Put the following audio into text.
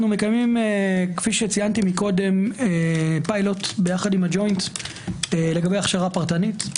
אנו מקיימים כפי שציינתי פילוט יחד עם הג'וינט לגבי הכשרה פרטנית.